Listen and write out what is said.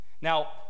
now